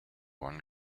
one